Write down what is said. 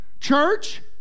church